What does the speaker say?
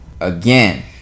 Again